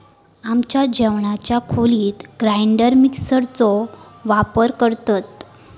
आमच्या जेवणाच्या खोलीत ग्राइंडर मिक्सर चो वापर करतत